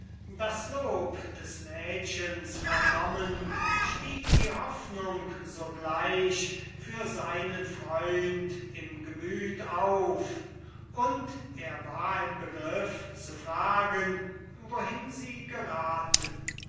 das lob des mädchens vernommen stieg die hoffnung sogleich für seinen freund im gemüt auf und er war im begriff zu fragen wohin sie geraten